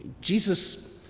Jesus